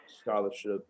scholarship